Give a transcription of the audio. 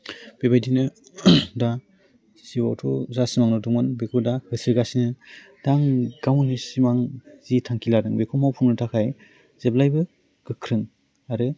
बेबायदिनो दा जिउवावथ' जा सिमां नुदोंमोन बेखौ दा होसोगासिनो दा आं गावनि सिमां जि थांखि लादों बेखौ मावफुंनो थाखाय जेब्लायबो गोख्रों आरो